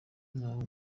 nkaho